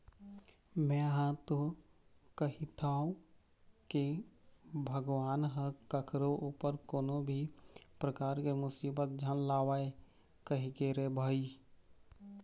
में हा तो कहिथव के भगवान ह कखरो ऊपर कोनो भी परकार के मुसीबत झन लावय कहिके रे भई